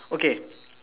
okay